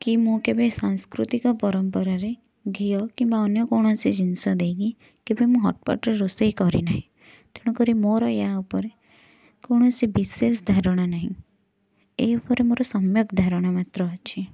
କି ମୁଁ କେବେ ସାଂସ୍କୃତିକ ପରମ୍ପରାରେ ଘିଅ କିମ୍ବା ଅନ୍ୟ କୌଣସି ଜିନିଷ ଦେଇକି କେବେ ମୁଁ ହଟ୍ ପଟ୍ ରେ ରୋଷେଇ କରିନାହିଁ ତେଣୁକରି ମୋର ଏହା ଉପରେ କୌଣସି ବିଶେଷ ଧାରଣା ନାହିଁ ଏହି ଉପରେ ମୋର ସମ୍ୟକ୍ ଧାରଣା ମାତ୍ର ଅଛି